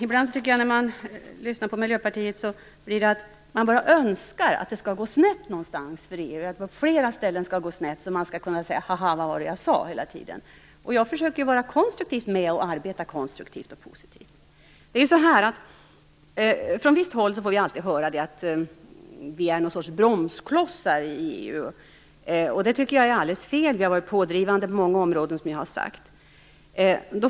Ibland när jag lyssnar på Miljöpartiet låter det som om man önskar att det skall gå snett på flera ställen så att man kan säga: "Ha, ha! Vad var det jag sade hela tiden?" Jag försöker arbeta konstruktivt och positivt. Från visst håll får vi höra att Sverige agerar som bromskloss i EU. Det tycker jag är alldeles fel. Sverige har varit pådrivande på många områden.